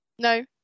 No